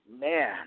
Man